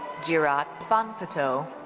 jirat bhanpato.